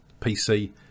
PC